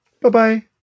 Bye-bye